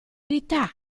verità